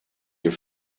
your